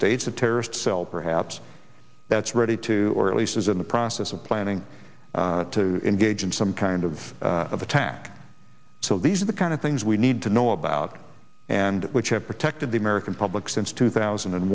states a terrorist cell perhaps that's ready to or at least is in the process of planning to engage in some kind of attack so these are the kind of things we need to know about and which have protected the american public since two thousand and